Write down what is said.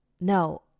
No